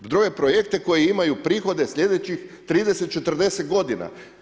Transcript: Dobre projekte koji imaju prihode slijedećih 30, 40 godina.